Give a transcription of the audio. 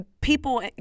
people